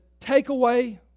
takeaway